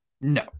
No